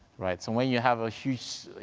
right? and when you have a huge,